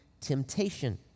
temptation